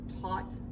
taught